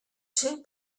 two